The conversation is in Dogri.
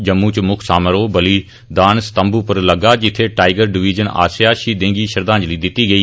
जम्मू च मुक्ख समारोह बलिदान स्तम्म पर लग्गा जित्थें टाईगर डिवीजन आसेआ शहीदें गी श्रद्वांजलि दित्ती गेई